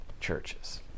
churches